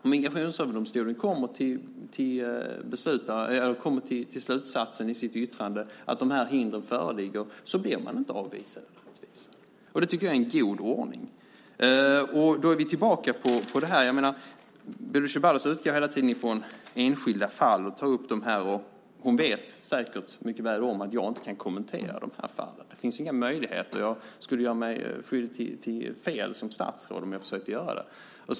Om Migrationsöverdomstolen i sitt yttrande kommer till slutsatsen att de här hindren föreligger blir man givetvis inte avvisad. Det tycker jag är en god ordning. Bodil Ceballos utgår hela tiden från enskilda fall och tar upp dem här. Hon vet säkert mycket väl om att jag inte kan kommentera de här fallen. Det finns inga möjligheter. Jag skulle göra mig skyldig till fel som statsråd om jag försökte göra det.